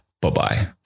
Bye-bye